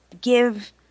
give